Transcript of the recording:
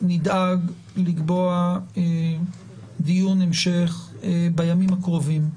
נדאג לקבוע דיון המשך בימים הקרובים,